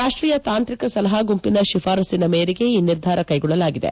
ರಾಷ್ಷೀಯ ತಾಂತ್ರಿಕ ಸಲಹಾ ಗುಂಪಿನ ಶಿಫಾರಸ್ಸಿನ ಮೇರೆಗೆ ಈ ನಿರ್ಧಾರ ಕೈಗೊಳ್ಳಲಾಗಿದೆ